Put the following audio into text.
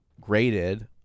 graded